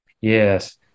Yes